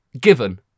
Given